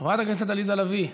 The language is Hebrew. חברת הכנסת עליזה לביא,